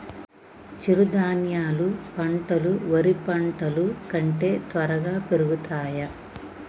చిరుధాన్యాలు పంటలు వరి పంటలు కంటే త్వరగా పెరుగుతయా?